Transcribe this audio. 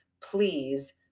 please